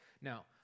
Now